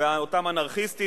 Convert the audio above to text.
ואותם אנרכיסטים